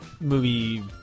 movie